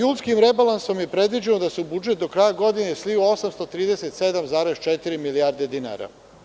Julskim rebalansom je predviđeno da se u budžet do kraja godine sliva 837,4 milijarde dinara.